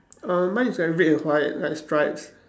err mine is like red and white like stripes